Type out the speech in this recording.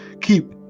keep